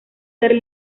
ser